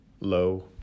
low